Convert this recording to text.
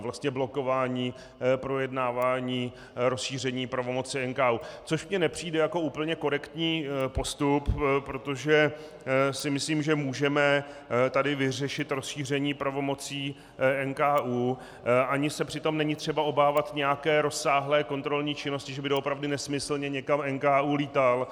Vlastně blokování projednávání rozšíření pravomoci NKÚ, což mi nepřijde jako úplně korektní postup, protože si myslím, že můžeme tady vyřešit rozšíření pravomocí NKÚ, ani se přitom není třeba obávat nějaké rozsáhlé kontrolní činnosti, že by doopravdy nesmyslně někam NKÚ lítal.